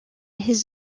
his